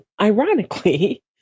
ironically